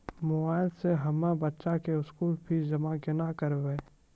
Mobile से हम्मय बच्चा के स्कूल फीस जमा केना करबै?